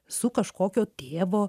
su kažkokio tėvo